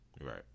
Right